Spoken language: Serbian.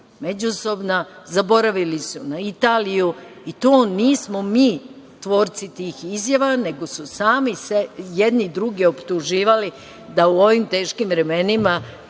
međusobna. Zaboravili su na Italiju i mi nismo tvorci tih izjava, nego su sami jedni druge optuživali da u ovim teškim vremenima,